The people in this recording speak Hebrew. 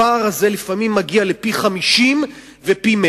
הפער הזה לפעמים מגיע לפי-50 ופי-100.